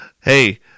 Hey